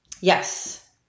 Yes